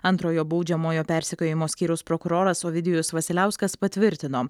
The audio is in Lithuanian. antrojo baudžiamojo persekiojimo skyriaus prokuroras ovidijus vasiliauskas patvirtino